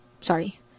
sorry